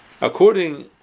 According